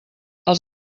els